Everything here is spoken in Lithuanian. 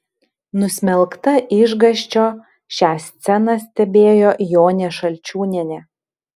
nusmelkta išgąsčio šią sceną stebėjo jonė šalčiūnienė